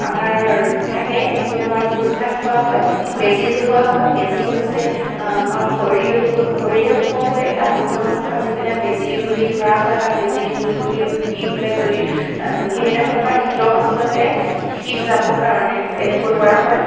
আমাৰ থাকে এনেকৈ আমাৰ ভোজ ভাত খোৱা হয় মেজি জ্বলোৱা হয় মেজি হৈছে আমাৰ খৰিৰ খেৰিৰে ওখকৈ এটা দম সাজি পেলাই মেজি বুলি ধৰা হয় তাক মেজিৰ জুই বুলি দি পেলাই জুই সেইদিনাখনৰ পৰা শীতক আচলত শীত যাবৰ কাৰণে তেনেকৈ কৰা হয়